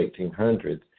1800s